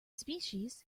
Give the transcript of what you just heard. species